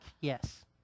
Yes